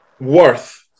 worth